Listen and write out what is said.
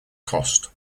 cost